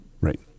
Right